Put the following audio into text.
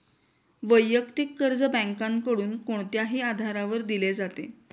वैयक्तिक कर्ज बँकांकडून कोणत्याही आधारावर दिले जाते